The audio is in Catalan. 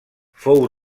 fou